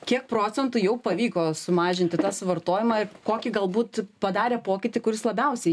kiek procentų jau pavyko sumažinti tas vartojimą ir kokį galbūt padarė pokytį kuris labiausiai